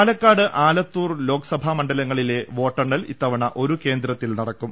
പാലക്കാട് ആലത്തൂർ ലോക്സഭാ മണ്ഡലങ്ങളിലെ വോട്ടെണ്ണൽ ഇത്തവണ ഒരു കേന്ദ്രത്തിൽ നടക്കും